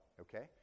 okay